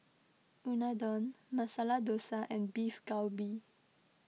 Unadon Masala Dosa and Beef Galbi